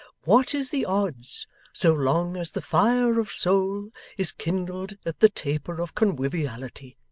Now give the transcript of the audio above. what is the odds so long as the fire of soul is kindled at the taper of conwiviality,